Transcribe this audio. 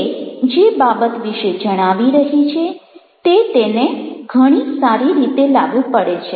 તે જે બાબત વિશે જણાવી રહી છે તે તેને ઘણી સારી રીતે લાગુ પડે છે